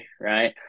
right